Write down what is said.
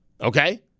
Okay